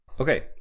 Okay